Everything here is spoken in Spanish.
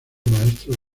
maestro